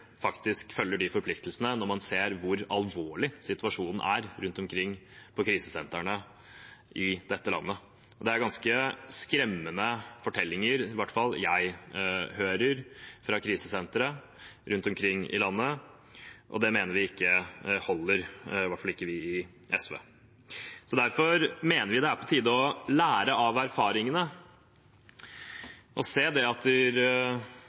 faktisk følger opp de forpliktelsene når vi ser hvor alvorlig situasjonen er på krisesentrene i dette landet. Det er ganske skremmende fortellinger – i hvert fall de jeg har hørt – fra krisesentre rundt omkring i landet, og det mener vi ikke holder, i hvert fall ikke vi i SV. Derfor mener vi det er på tide å lære av erfaringene og se at